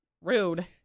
rude